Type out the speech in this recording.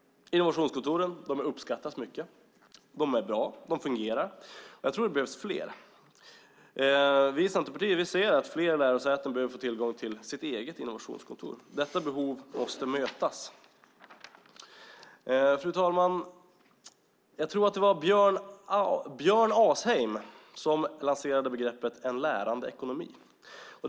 Innovationskontoren uppskattas mycket. De fungerar bra, och jag tror att det behövs fler. Vi i Centerpartiet ser att fler lärosäten behöver få tillgång till sitt eget innovationskontor. Detta behov måste mötas. Fru talman! Jag tror det var Bjørn Asheim som lanserade begreppet "en lärande ekonomi".